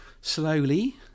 slowly